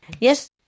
Yes